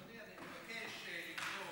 אני מבקש לקרוא